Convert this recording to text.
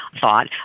thought